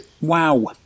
Wow